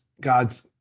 God's